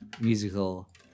musical